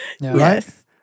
Yes